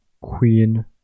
Queen